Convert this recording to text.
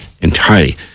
Entirely